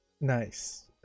nice